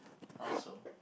how so